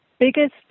biggest